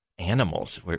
animals